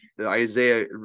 isaiah